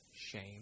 shame